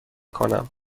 کنم